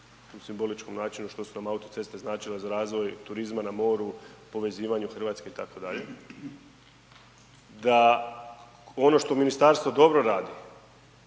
u simboličkom značenju što su nam autoceste značile za razvoj turizma na moru, povezivanju Hrvatske itd. Da ono što ministarstvo dobro radi